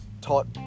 Taught